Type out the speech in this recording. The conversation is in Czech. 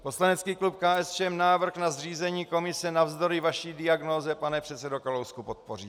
Poslanecký klub KSČM návrh na zřízení komise navzdory vaší diagnóze, pane předsedo Kalousku, podpoří.